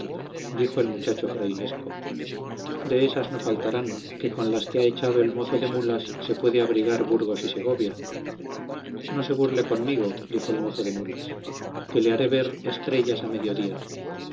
dijo el muchacho frailesco de esas no faltarán que con las que ha echado el mozo de mulas se puede abrigar burgos y segovia no se burle conmigo dijo el mozo de mulas que le haré ver estrellas a mediodía